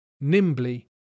Nimbly